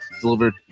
delivered